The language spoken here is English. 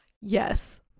Yes